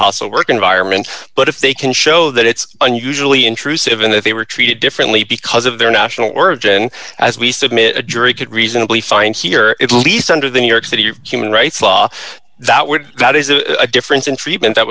hostile work environment but if they can show that it's unusually intrusive and if they were treated differently because of their national origin as we submit a jury could reasonably find here at least under the new york city human rights law that would raise a difference in treatment that